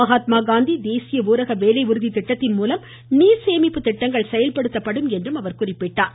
மகாத்மா காந்தி தேசிய ஊரக வேலை உறுதி திட்டத்தின்மூலம் நீர் சேமிப்பு திட்டங்கள் செயல்படுத்தப்படும் என்றார்